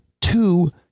two